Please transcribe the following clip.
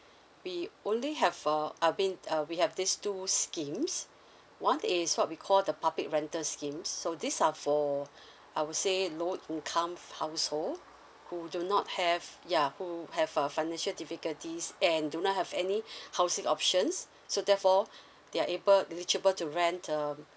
we only have uh I mean uh we have these two schemes one is what we call the public rental schemes so these are for I would say low income household who do not have ya who have uh financial difficulties and do not have any housing options so therefore they are able eligible to rent um